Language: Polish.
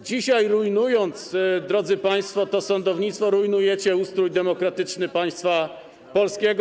Dzisiaj, rujnując, drodzy państwo, to sądownictwo, rujnujecie ustrój demokratyczny państwa polskiego.